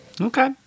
okay